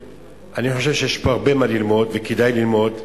אני חושב שיש פה הרבה מה ללמוד, וכדאי ללמוד,